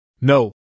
No